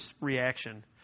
reaction